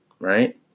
right